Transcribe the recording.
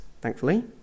thankfully